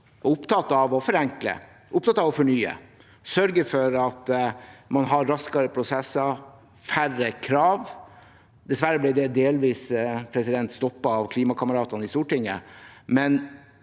opptatt av å forenkle, av å fornye og å sørge for at man har raskere prosesser og færre krav. Dessverre ble det delvis stoppet av klimakameratene i Stortinget,